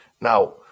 Now